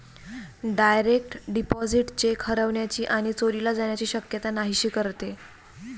direct deposit cheque हरवण्याची आणि चोरीला जाण्याची शक्यता नाहीशी करते